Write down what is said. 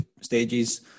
stages